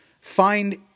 Find